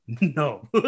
no